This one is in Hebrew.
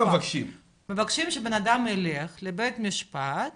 מבקשים שבן אדם יילך לבית משפט